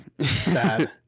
sad